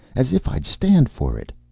as if i'd stand for it.